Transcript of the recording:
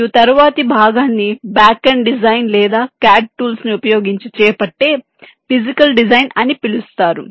మరియు తరువాతి భాగాన్ని బ్యాక్ ఎండ్ డిజైన్ లేదా CAD టూల్స్ ను ఉపయోగించి చేపట్టే ఫిజికల్ డిజైన్ అని పిలుస్తారు